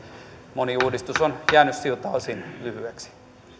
moni uudistus on jäänyt siltä osin lyhyeksi